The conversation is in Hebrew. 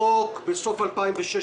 החוק התקבל בסוף 2016,